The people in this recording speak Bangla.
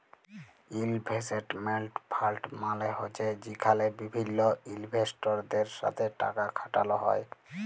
ইলভেসেটমেল্ট ফালড মালে হছে যেখালে বিভিল্ল ইলভেস্টরদের সাথে টাকা খাটালো হ্যয়